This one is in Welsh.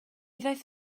ddaeth